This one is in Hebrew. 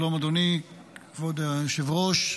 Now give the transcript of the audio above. שלום, אדוני כבוד היושב-ראש.